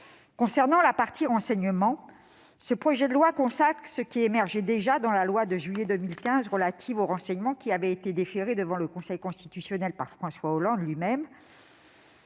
Concernant le volet renseignement, ce projet de loi consacre ce qui émergeait déjà dans la loi de juillet 2015 relative au renseignement, qui avait été déférée devant le Conseil constitutionnel par François Hollande lui-même